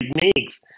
techniques